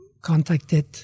contacted